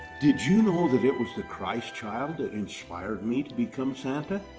did you know that it was the christ child that inspired me to become santa?